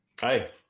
Hi